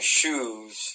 shoes